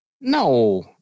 No